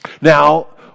Now